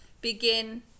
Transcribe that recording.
begin